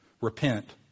repent